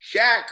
Shaq